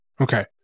Okay